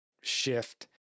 shift